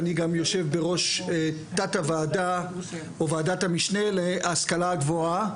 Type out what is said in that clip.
אני גם יושב בראש ועדת המשנה להשכלה גבוה,